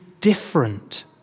different